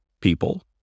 people